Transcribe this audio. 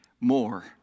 more